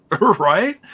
right